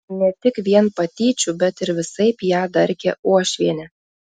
ne tik vien patyčių bet ir visaip ją darkė uošvienė